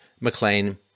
McLean